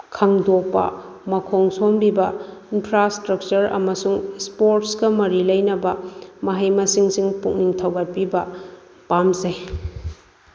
ꯈꯪꯗꯣꯛꯄ ꯃꯈꯣꯡ ꯁꯣꯝꯕꯤꯕ ꯏꯟꯐ꯭ꯔꯥ ꯏꯁꯇ꯭ꯔꯛꯆꯔ ꯑꯃꯁꯨꯡ ꯏꯁꯄꯣꯔꯠꯁꯀ ꯃꯔꯤ ꯂꯩꯅꯕ ꯃꯍꯩ ꯃꯁꯤꯡꯁꯤꯡ ꯄꯨꯛꯅꯤꯡ ꯊꯧꯒꯠꯄꯤꯕ ꯄꯥꯝꯖꯩ